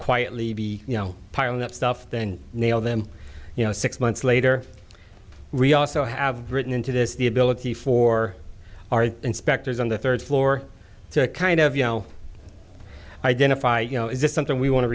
quietly be you know piling up stuff then nail them you know six months later re also have written into this the ability for our inspectors on the third floor to kind of yell identify you know is this something we want to